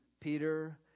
Peter